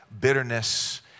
bitterness